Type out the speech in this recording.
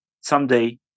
someday